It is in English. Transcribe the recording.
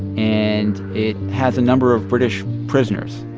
and it has a number of british prisoners.